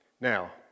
Now